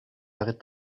arrêts